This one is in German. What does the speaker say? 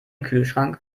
kühlschrank